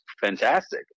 fantastic